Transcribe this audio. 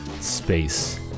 space